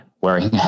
wearing